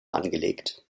angelegt